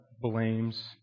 blames